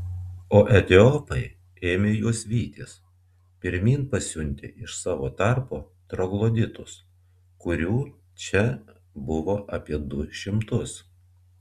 o etiopai ėmė juos vytis pirmyn pasiuntę iš savo tarpo trogloditus kurių čia buvo apie du šimtus